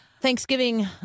Thanksgiving